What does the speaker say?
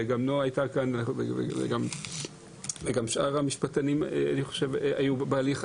גם נעה וגם שאר המשפטנים היו בהליך,